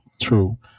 true